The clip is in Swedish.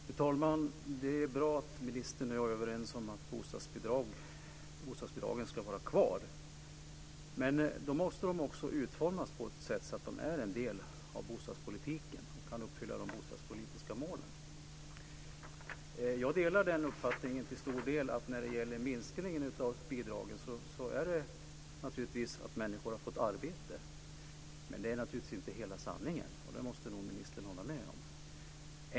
Fru talman! Det är bra att ministern och jag är överens om att bostadsbidragen ska vara kvar. Men då måste de också utformas på ett sätt så att de är en del av bostadspolitiken och kan uppfylla de bostadspolitiska målen. Jag delar till stor del uppfattningen att minskningen av bidragen beror på att människor har fått arbete. Men det är naturligtvis inte hela sanningen. Det måste nog ministern hålla med om.